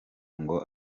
ngo